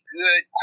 good